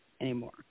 anymore